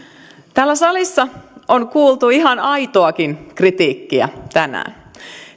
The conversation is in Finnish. täällä salissa on kuultu ihan aitoakin kritiikkiä tänään